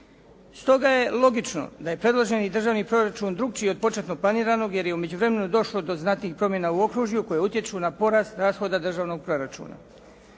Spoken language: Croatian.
Stoga je logično, da je predloženi državni proračun drukčiji od početno planiranog, jer je u međuvremenu došlo do znatnih promjena u okružju koje utječu na porast rashoda državnog proračuna.